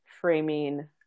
framing